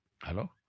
Hello